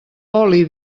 oli